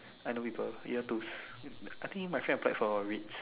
I know people year two I think my friend applied for its